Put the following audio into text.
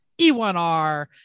E1R